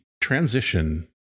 transition